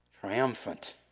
Triumphant